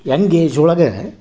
Young age ಒಳಗೆ